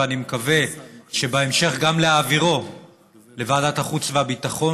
ואני מקווה שבהמשך גם להעבירו לוועדת החוץ והביטחון,